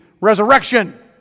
resurrection